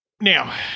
Now